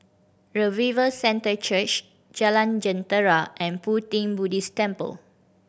Revival Centre Church Jalan Jentera and Pu Ti Buddhist Temple